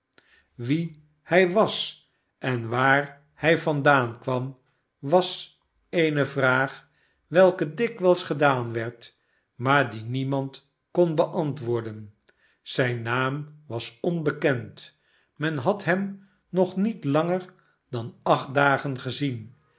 wie hij was en waar hij vandaan kwam was eene vraag welke dikwijls gedaan werd maar die niemand kon beantwoorden zijn naam was onbekend men had hem nog niet langer dan acht dagen gezien